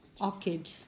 Orchid